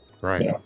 right